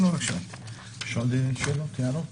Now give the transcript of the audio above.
יש עוד שאלות או הערות?